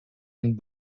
and